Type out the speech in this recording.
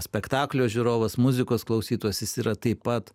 spektaklio žiūrovas muzikos klausytojas jis yra taip pat